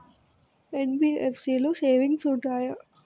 NBFC లో savings ఉంటయా?